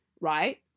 right